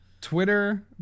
Twitter